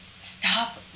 stop